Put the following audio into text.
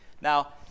Now